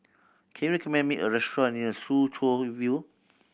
can you recommend me a restaurant near Soo Chow View